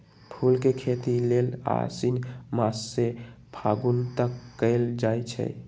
फूल के खेती लेल आशिन मास से फागुन तक कएल जाइ छइ